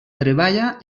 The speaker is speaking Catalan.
treballa